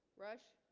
rush